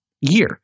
year